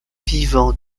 vivant